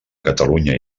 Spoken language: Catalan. catalunya